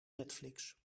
netflix